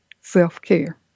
self-care